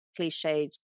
cliched